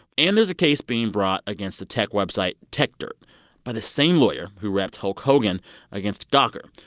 and there's a case being brought against the tech website techdirt by the same lawyer who repped hulk hogan against gawker.